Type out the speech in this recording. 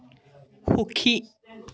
সুখী